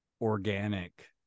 organic